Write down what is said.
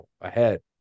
ahead